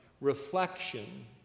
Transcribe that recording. reflection